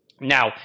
Now